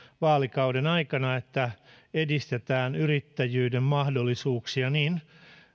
vaalikauden aikana että edistetään yrittäjyyden mahdollisuuksia niin